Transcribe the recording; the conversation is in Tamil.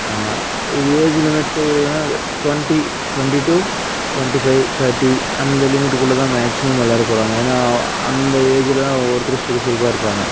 இது ஏஜு லிமிட்டு என்னென்னா twenty twenty two twenty five thirty அந்த லிமிட்டுக்குள்ளே தான் மேக்சிமம் எல்லோரும் போகிறாங்க ஏன்னா அந்த ஏஜில் தான் ஒவ்வொருத்தர் சுறுசுறுப்பாக இருப்பாங்க